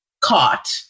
caught